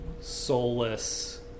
soulless